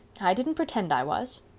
i didn't pretend i was.